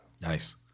Nice